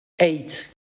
eight